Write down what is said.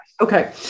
Okay